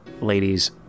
ladies